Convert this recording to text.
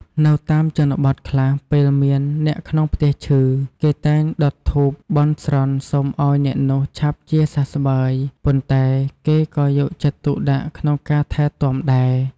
នៅតាមជនបទខ្លះ ពេលមានអ្នកក្នុងផ្ទះឈឺ គេតែងដុតធូបបន់ស្រន់សូមឱ្យអ្នកនោះឆាប់ជាសះស្បើយ ប៉ុន្តែគេក៏យកចិត្តទុកដាក់ក្នុងការថែទាំដែរ។